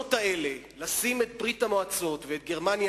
הניסיונות האלה לשים את ברית-המועצות ואת גרמניה